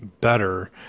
better